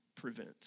prevent